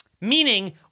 Meaning